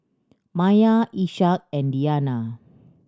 Maya Ishak and Diyana